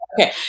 Okay